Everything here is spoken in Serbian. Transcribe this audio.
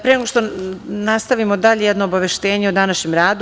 Pre nego što nastavimo dalje, jedno obaveštenje o današnjem radu.